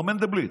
מר מנדלבליט?